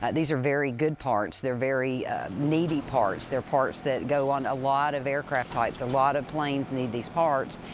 and these are very good parts. they're very needy parts. they're parts that go on a lot of aircraft types. a lot of planes need these parts,